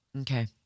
Okay